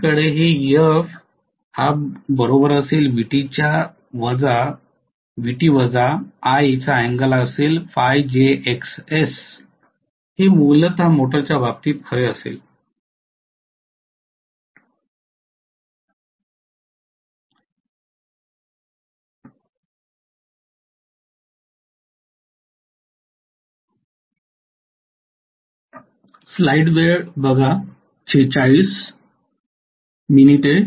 माझ्याकडे हे मूलत मोटरच्या बाबतीत खरे असेल